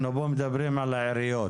אנחנו פה מדברים על העיריות.